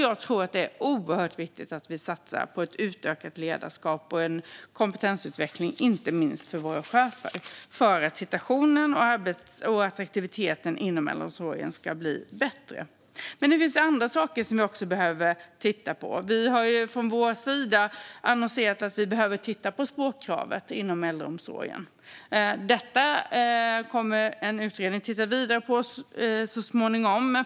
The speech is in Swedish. Jag tror att det är oerhört viktigt att vi satsar på ett utökat ledarskap och en kompetensutveckling inte minst för våra chefer för att situationen och attraktiviteten inom äldreomsorgen ska bli bättre. Men det finns andra saker vi också behöver titta på. Från vår sida har vi annonserat att vi behöver titta på språkkravet inom äldreomsorgen. Detta kommer en utredning att titta vidare på så småningom.